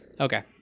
Okay